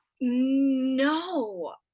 No